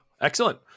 Excellent